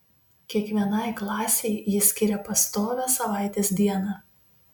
kiekvienai klasei ji skiria pastovią savaitės dieną